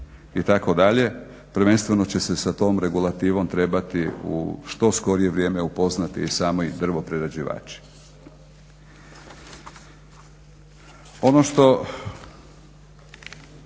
itd. prvenstveno će se sa tom regulativnom trebati u što skorije vrijeme upoznati i sami drvo prerađivači.